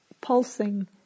pulsing